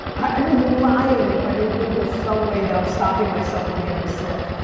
i'd be lying if i didn't think there's some way that i'm stopping myself from getting sick.